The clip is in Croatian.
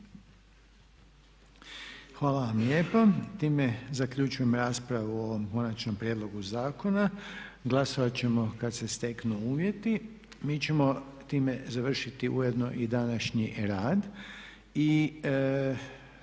Hvala vam lijepo. Time zaključujem raspravu o ovom konačnom prijedlogu zakona. Glasovat ćemo kad se steknu uvjeti. Mi ćemo time završiti ujedno i današnji rad